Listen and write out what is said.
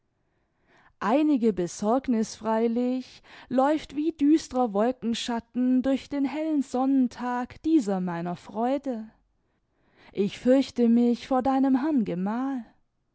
einige besorgniß freilich läuft wie düst'rer wolkenschatten durch den hellen sonnentag dieser meiner freude ich fürchte mich vor deinem herrn gemal